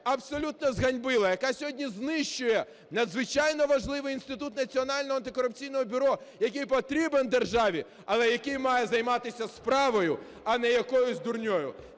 абсолютно зганьбила. Яка сьогодні знищує надзвичайно важливий інститут Національного антикорупційного бюро, який потрібен державі, але який має займатися справою, а не якоюсь дурнею.